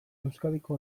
euskadiko